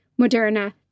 Moderna